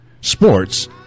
sports